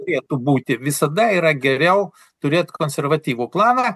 turėtų būti visada yra geriau turėt konservatyvų planą